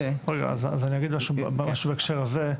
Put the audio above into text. רגע, אז אני אגיד משהו ממש בהקשר הזה.